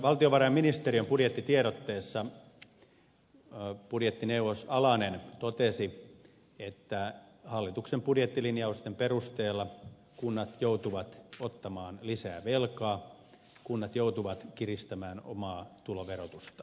valtiovarainministeriön budjettitiedotteessa budjettineuvos alanen totesi että hallituksen budjettilin jausten perusteella kunnat joutuvat ottamaan lisää velkaa ja kunnat joutuvat kiristämään omaa tuloverotustaan